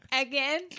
Again